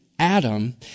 Adam